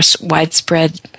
widespread